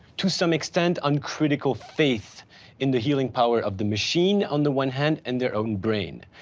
to some extent uncritical faith in the healing power of the machine on the one hand, and their own brain.